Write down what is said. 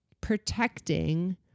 protecting